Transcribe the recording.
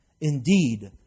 Indeed